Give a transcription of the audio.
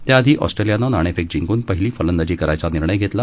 त्याआधी ऑस्ट्रेलियानं नाणेफेक जिंकून पहिली फलंदाजी करायचा निर्णय घेतला